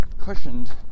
cushioned